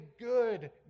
good